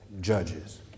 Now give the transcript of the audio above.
judges